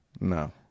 No